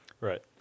Right